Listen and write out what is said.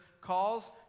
calls